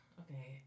okay